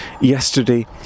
yesterday